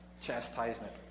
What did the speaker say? Chastisement